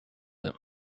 him